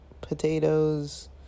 potatoes